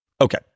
Okay